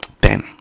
Ben